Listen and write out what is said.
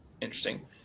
interesting